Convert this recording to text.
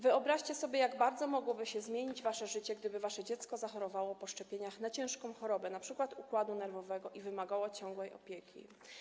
Wyobraźcie sobie, jak bardzo mogłoby się zmienić wasze życie, gdyby wasze dziecko zachorowało po szczepieniach na ciężką chorobę, np. układu nerwowego, i wymagało ciągłej opieki.